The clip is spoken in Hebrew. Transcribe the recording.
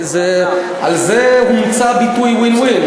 על זה הומצא הביטוי win-win,